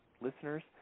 listeners